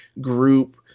group